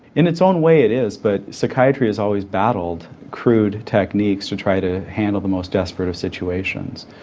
in its own way it is but psychiatry has always battled crude techniques to try to handle the most desperate of situations.